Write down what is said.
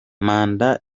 manda